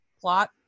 plot